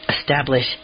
establish